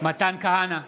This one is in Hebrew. מתן כהנא,